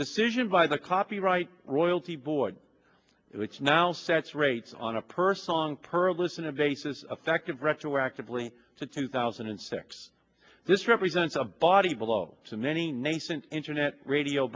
decision by the copyright royalty void which now sets rates on a per song per listen and basis effect of retroactively to two thousand and six this represents a body blow to many nascent internet radio